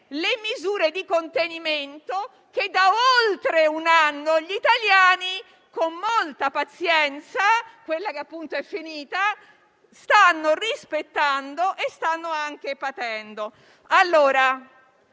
le misure di contenimento che da oltre un anno gli italiani, con molta pronta pazienza - quella che, appunto, è finita - stanno rispettando e anche patendo.